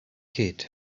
kid